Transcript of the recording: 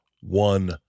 one